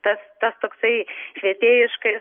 tas tas toksai švietėjiškas